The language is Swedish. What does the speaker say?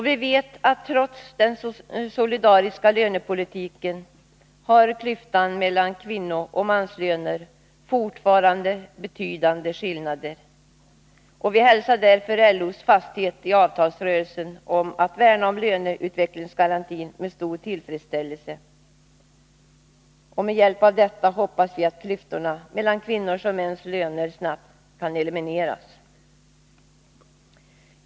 Vi vet att trots den solidariska lönepolitiken är det fortfarande betydande skillnader mellan kvinnooch manslöner. Vi hälsar därför LO:s fasthet i avtalsrörelsen för att värna löneutvecklingsgarantin med stor tillfredsställelse. Med hjälp av detta hoppas vi att klyftorna mellan kvinnors och mäns löner snabbt kan elimineras.